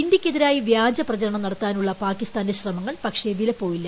ഇന്ത്യയ്ക്കെതിരായി വ്യാജപ്രചരണം നടത്താനുള്ള പാകിസ്ഥാന്റെ ശ്രമങ്ങൾ പക്ഷേ വിലപോയില്ല